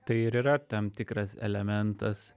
tai ir yra tam tikras elementas